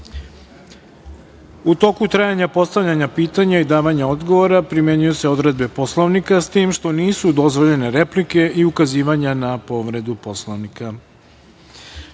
U toku trajanja postavljanja pitanja i davanja odgovora, primenjuju se odredbe Poslovnika, s tim što nisu dozvoljene replike i ukazivanja na povredu